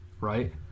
Right